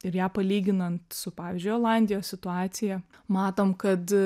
ir ją palyginant su pavyzdžiui olandijos situacija matom kad